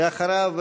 ואחריו,